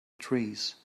trees